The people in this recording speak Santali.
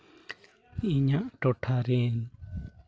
ᱤᱧᱟᱹᱜ ᱴᱚᱴᱷᱟ ᱨᱮᱱ